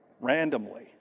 randomly